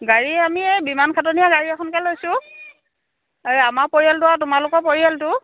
গাড়ী আমি এই বিমান খাটনীয়াৰ গাড়ী এখনকে লৈছোঁ এই আমাৰ পৰিয়ালটো আৰু তোমালোকৰ পৰিয়ালটো